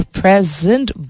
present